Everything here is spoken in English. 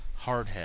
Hardhead